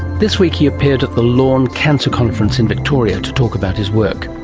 this week he appeared at the lorne cancer conference in victoria to talk about his work.